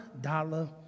dollar